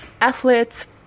athletes